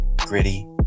gritty